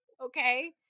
Okay